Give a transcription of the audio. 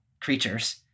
creatures